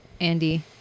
Andy